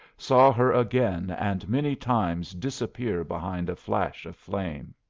saw her again and many times disappear behind a flash of flame.